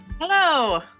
Hello